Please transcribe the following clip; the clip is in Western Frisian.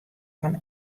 fan